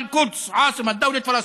ירושלים בירת פלסטין.)